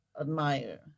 admire